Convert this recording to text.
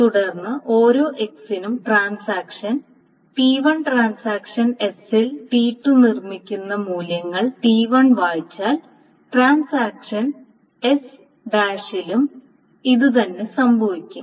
തുടർന്ന് ഓരോ x നും ട്രാൻസാക്ഷൻ റഫർ സമയം 0300 T1 ട്രാൻസാക്ഷൻ S ൽ T2 നിർമ്മിക്കുന്ന മൂല്യങ്ങൾ T1 വായിച്ചാൽ ട്രാൻസാക്ഷൻ S' ലും ഇതുതന്നെ സംഭവിക്കണം